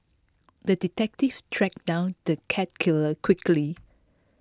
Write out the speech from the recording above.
the detective tracked down the cat killer quickly